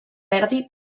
verdi